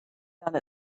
done